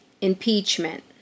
impeachment